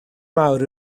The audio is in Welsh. mawr